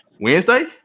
Wednesday